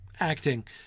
acting